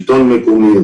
שלטון מקומי,